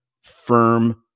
firm